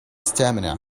stamina